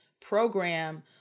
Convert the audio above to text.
program